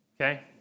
okay